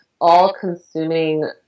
all-consuming